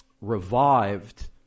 revived